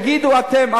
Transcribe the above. תגידו אתם,